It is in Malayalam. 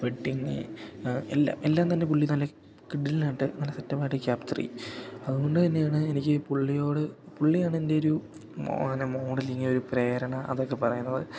വെഡിങ്ങ് എല്ലാം എല്ലാംതന്നെ പുള്ളി നല്ല കിടിലനായിട്ട് നല്ല സെറ്റപ്പ് ആയിട്ട് ക്യാപ്ച്ചറ് ചെയ്യും അതുകൊണ്ടുതന്നെയാണ് എനിക്കീ പുള്ളിയോട് പുള്ളിയാണെൻ്റെയൊരു പിന്നെ മോഡലിങ്ങ് ഒരു പ്രേരണ അതൊക്ക പറയുന്നത്